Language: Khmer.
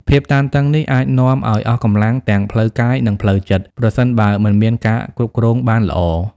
ភាពតានតឹងនេះអាចនាំឱ្យអស់កម្លាំងទាំងផ្លូវកាយ និងផ្លូវចិត្ត ប្រសិនបើមិនមានការគ្រប់គ្រងបានល្អ។